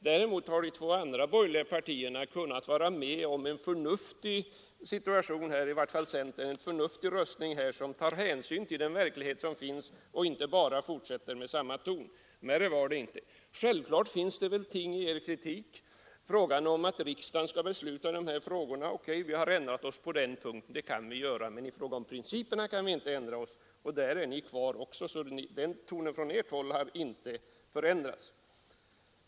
Däremot har de två andra borgerliga partierna gjort en förnuftig röstning, i varje fall centerpartiet, och tagit hänsyn till den verklighet som finns, inte bara fortsatt med samma toner. Självklart har vi tagit till vara vissa ting i er kritik. När det gäller frågan om att riksdagen skall besluta i de här ärendena, ja, på den punkten har vi ändrat oss. Det kan vi göra. Men i fråga om principerna kan vi inte ändra oss. Och där är ni kvar också, så tonen från ert håll har inte förändrats.